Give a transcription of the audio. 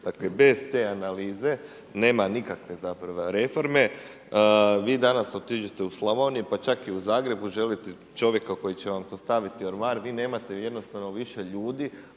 bez te analize nema nikakve zapravo reforme, vi danas otiđite u Slavoniju pa čak i u Zagreb želite čovjeka koji će vam sastaviti ormar, vi nemate jednostavno više ljudi,